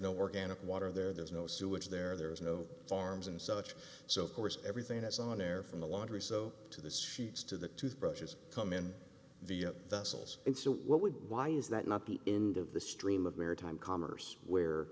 no organic water there there's no sewage there there is no farms and such so of course everything that's on air from the laundry so to the suits to the toothbrushes come in the vessels and so what would why is that not the end of the stream of maritime commerce where